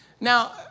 Now